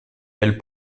elle